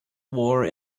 wore